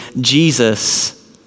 Jesus